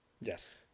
Yes